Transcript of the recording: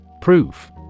Proof